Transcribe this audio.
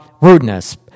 Rudeness